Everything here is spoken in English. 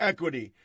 Equity